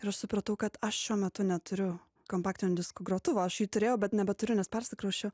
ir aš supratau kad aš šiuo metu neturiu kompaktinių diskų grotuvo aš jį turėjau bet nebeturiu nes persikrausčiau